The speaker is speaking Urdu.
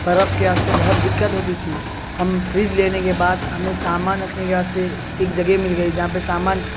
برف کے واسطے بہت دقت ہوتی تھی ہم فرج لینے کے بعد ہمیں سامان رکھنے کے واسطے ایک جگہ مل گئی جہاں پہ سامان